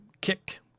kick